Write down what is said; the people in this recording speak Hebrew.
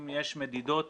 אם יש מדידות